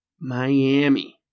Miami